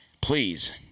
please